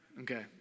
Okay